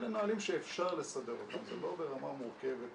אלה נהלים שאפשר לסדר אותם, זה לא ברמה מורכבת